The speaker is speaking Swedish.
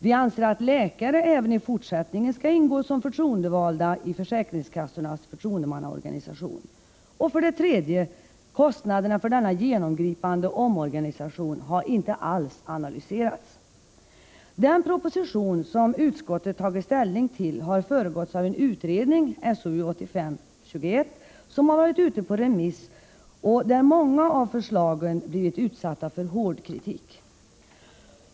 Vi anser att läkare även i fortsättningen skall ingå som förtroendevalda i Prot. 1985/86:100 3. Kostnaderna för denna genomgripande omorganisation har inte alls analyserats. Den proposition som utskottet tagit ställning till har föregåtts av en mannainflytande i förutredning, SOU 1985:21, som har varit ute på remiss, och många av förslagen har blivit utsatta för hård kritik.